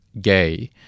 gay